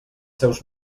seus